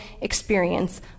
experience